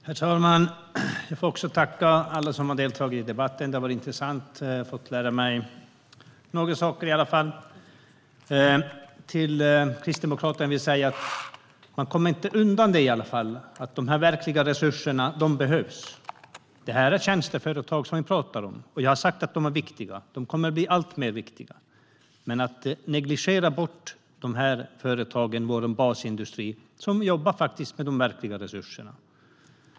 Herr talman! Jag får också tacka alla som har deltagit i debatten. Det har varit intressant, och jag har fått lära mig några saker. Till Kristdemokraterna vill jag säga att man inte kommer undan att de verkliga resurserna behövs. Det är tjänsteföretag vi talar om, och jag har sagt att de är viktiga och kommer att bli alltmer viktiga. Men vi ska inte negligera vår basindustri, som jobbar med de verkliga resurserna.